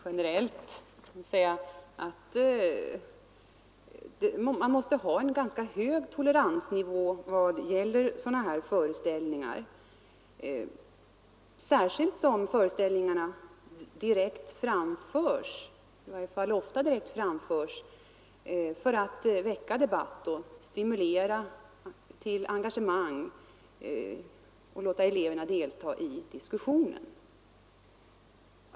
Generellt kan jag säga att man måste ha en ganska hög toleransnivå när det gäller sådana här föreställningar, särskilt som föreställningarna i varje fall ofta direkt framförs för att väcka debatt och stimulera till engagemang och för att låta eleverna delta i diskussionen.